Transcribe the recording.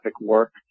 work